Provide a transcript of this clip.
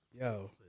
Yo